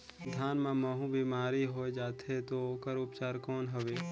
धान मां महू बीमारी होय जाथे तो ओकर उपचार कौन हवे?